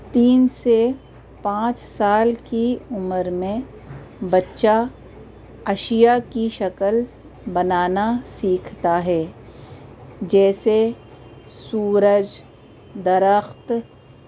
تین سے پانچ سال کی عمر میں بچہ اشیاء کی شکل بنانا سیکھتا ہے جیسے سورج درخت